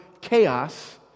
chaos